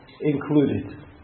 Included